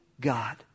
God